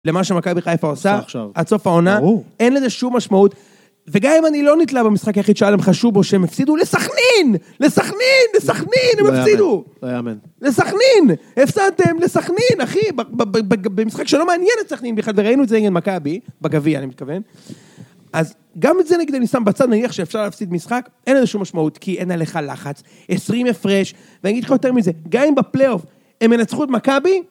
למה שמכבי חיפה עושה, עד סוף העונה, אין לזה שום משמעות. וגם אם אני לא נתלה במשחק היחיד שהיה להם חשוב או שהם הפסידו, לסכנין, לסכנין, לסכנין, הם הפסידו. לסכנין, הפסדתם לסכנין, אחי, במשחק שלא מעניין לסכנין ביחד, וראינו את זה גם עם מכבי, בגביע, אני מתכוון. אז גם את זה נגיד אני שם בצד נניח שאפשר להפסיד משחק, אין לזה שום משמעות, כי אין עליך לחץ, עשרים הפרש, ואני אגיד לך יותר מזה, גם אם בפליאווף הם ינצחו את מכבי,